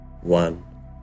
one